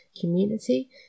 community